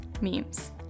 memes